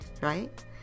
right